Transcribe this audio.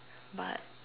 but